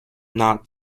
not